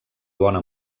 bona